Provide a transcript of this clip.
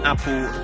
Apple